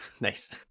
Nice